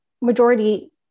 majority